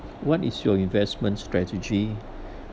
what is your investment strategy